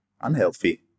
unhealthy